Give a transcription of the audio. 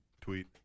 tweet